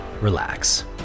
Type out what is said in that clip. relax